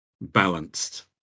balanced